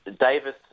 Davis